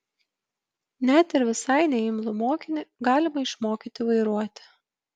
net ir visai neimlų mokinį galima išmokyti vairuoti